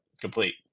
complete